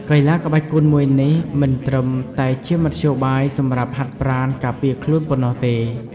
កីឡាក្បាច់គុនមួយនេះមិនត្រឹមតែជាមធ្យោបាយសម្រាប់ហាត់ប្រាណការពារខ្លួនប៉ុណ្ណោះទេ។